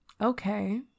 Okay